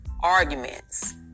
arguments